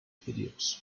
videos